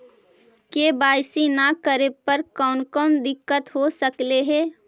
KYC न करे पर कौन कौन दिक्कत हो सकले हे?